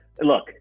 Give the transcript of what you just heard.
look